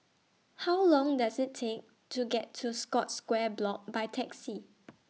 How Long Does IT Take to get to Scotts Square Block By Taxi